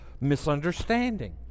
misunderstanding